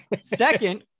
Second